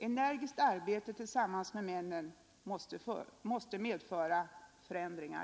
Energiskt arbete tillsammans med männen måste medföra förändringar.